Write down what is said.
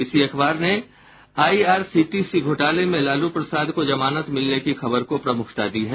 इसी अखबार ने आईआरसीटीसी घोटाले में लालू प्रसाद को जमानत मिलने की खबर को प्रमुखता दी है